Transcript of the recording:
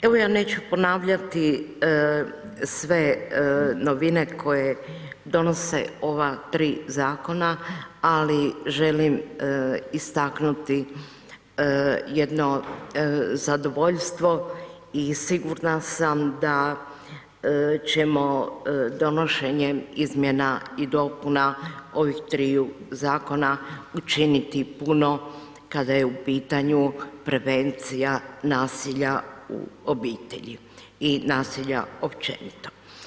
Evo ja neću ponavljati sve novine koje donose ova tri zakona ali želim istaknuti jedno zadovoljstvo i sigurna sam da ćemo donošenjem izmjena i dopuna ovih triju zakona učiniti puno kada je u pitanju prevencija nasilja u obitelji i nasilja općenito.